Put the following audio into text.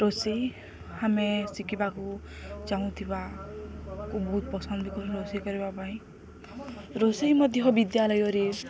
ରୋଷେଇ ଆମେ ଶିଖିବାକୁ ଚାହୁଁଥିବା ବହୁତ ପସନ୍ଦ ବି କରୁ ରୋଷେଇ କରିବା ପାଇଁ ରୋଷେଇ ମଧ୍ୟ ବିଦ୍ୟାଳୟରେ